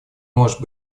может